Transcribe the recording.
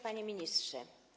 Panie Ministrze!